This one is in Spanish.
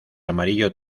amarillo